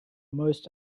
most